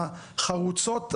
החרוצות,